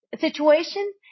situation